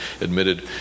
admitted